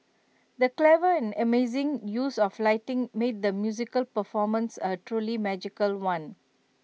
the clever and amazing use of lighting made the musical performance A truly magical one